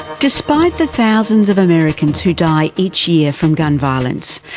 despite the thousands of americans who die each year from gun violence,